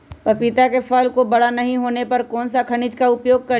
पपीता के फल को बड़ा नहीं होने पर कौन सा खनिज का उपयोग करें?